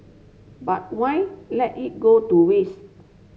but why let it go to waste